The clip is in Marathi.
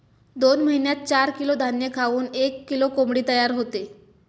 दोन महिन्यात चार किलो धान्य खाऊन एक किलो कोंबडी तयार होते